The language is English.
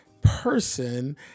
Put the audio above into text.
person